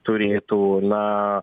turėtų na